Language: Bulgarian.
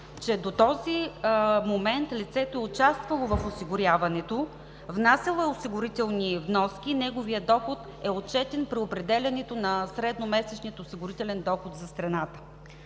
че до този момент лицето е участвало в осигуряването, внасяло е осигурителни вноски и неговият доход е отчетен при определянето на средномесечния осигурителен доход за страната.